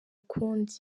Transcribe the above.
ukundi